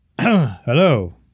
Hello